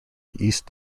east